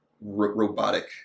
robotic